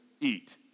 eat